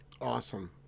Awesome